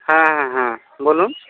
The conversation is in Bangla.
হ্যাঁ হ্যাঁ হ্যাঁ বলুন